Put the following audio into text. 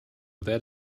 that